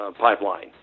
pipeline